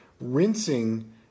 rinsing